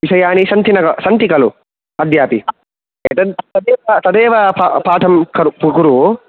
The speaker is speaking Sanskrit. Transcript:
विषयाणि शन्तिन सन्ति खलु अद्यापि एतद् तदेव तदेव पाठं करुतु कुरु